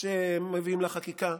כשמביאים לה חקיקה,